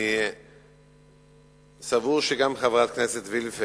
אני סבור שגם חברת הכנסת וילף,